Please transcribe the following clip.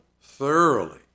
thoroughly